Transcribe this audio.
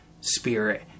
spirit